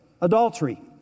adultery